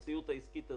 במציאות העסקית הזאת,